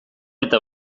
eta